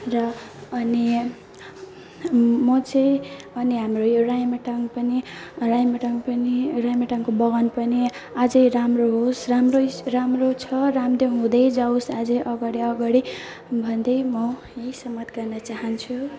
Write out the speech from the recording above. र अनि म चाहिँ अनि यो हाम्रो राइमटाङ पनि राइमटाङ पनि राइमटाङको बगान पनि अझै राम्रो होस् राम्रै छ राम्रै हुँदै जाओस् अझै अगाडि अगाडि भन्दै म यहीँ समाप्त गर्न चाहन्छु